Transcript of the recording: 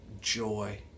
joy